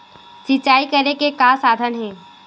सिंचाई करे के का साधन हे?